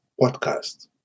podcast